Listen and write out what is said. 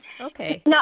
okay